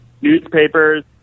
newspapers